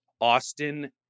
Austin